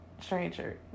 stranger